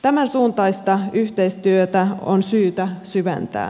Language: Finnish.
tämänsuuntaista yhteistyötä on syytä syventää